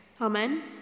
Amen